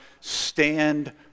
Stand